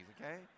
okay